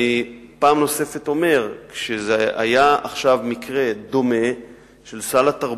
פעם נוספת אני אומר שהיה עכשיו מקרה דומה של סל התרבות,